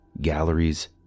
galleries